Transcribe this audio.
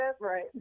right